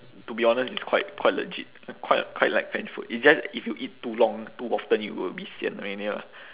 to be honest it's quite quite legit I quite quite like french food it's just if you eat too long too often you will be sian already lah